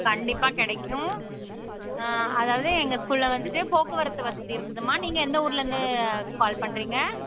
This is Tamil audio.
கண்டிப்பாக கிடைக்கும் அதாவது எங்கள் ஸ்கூலில் வந்துவிட்டு போக்குவரத்து வசதி இருக்குதும்மா நீங்கள் எந்த ஊர்லேருந்து கால் பண்ணுறீங்க